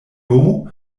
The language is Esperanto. hodiaŭ